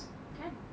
can